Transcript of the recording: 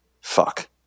fuck